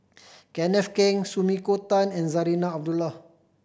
Kenneth Keng Sumiko Tan and Zarinah Abdullah